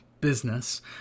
business